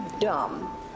dumb